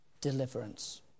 deliverance